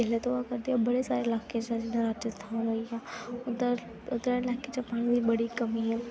किल्लत होआ करदी होर बड़े सारे लाके न जि'यां राजेस्थान होई गेआ उद्धर आह्ले लाके च पानी दी बड़ी कमी ऐ